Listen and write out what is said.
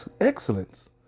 excellence